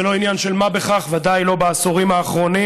זה לא עניין של מה בכך, ודאי לא בעשורים האחרונים,